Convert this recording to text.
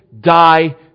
die